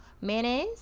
mayonnaise